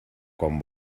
quan